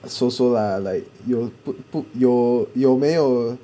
so so lah like you put put 有有没有